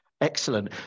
Excellent